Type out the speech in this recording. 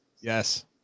Yes